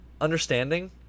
understanding